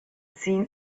seen